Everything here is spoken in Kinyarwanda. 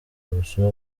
ubusuma